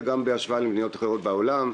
וגם בהשוואה למדינות אחרות בעולם.